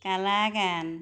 কালাকান